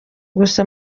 gusa